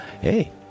Hey